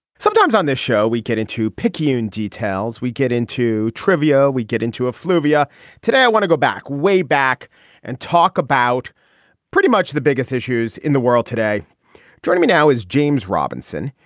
sometimes on this show we get into picayune details we get into trivia. we get into a fallujah today i want to go back way back and talk about pretty much the biggest issues in the world today joining me now is james robinson.